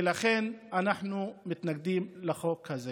ולכן אנחנו מתנגדים לחוק הזה.